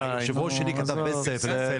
-- היושב-ראש לי כתב ספר,